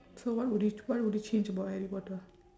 so what would you what would you change about harry potter